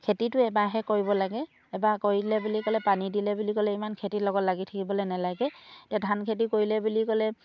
খেতিটো এবাৰহে কৰিব লাগে এবাৰ কৰিলে বুলি ক'লে পানী দিলে বুলি ক'লে ইমান খেতিৰ লগত লাগি থাকিবলৈ নালাগে তেতিয়া ধান খেতি কৰিলে বুলি ক'লে